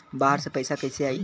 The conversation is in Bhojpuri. बाहर से पैसा कैसे आई?